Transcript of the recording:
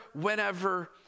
whenever